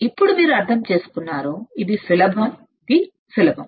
ఇప్పుడు మీరు అర్థం చేసుకున్నారు ఇది సులభం ఇది సులభం తదుపరి స్లైడ్కు వెళ్దాం